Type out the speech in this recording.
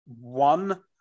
one